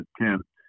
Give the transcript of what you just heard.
attempt